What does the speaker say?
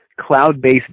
cloud-based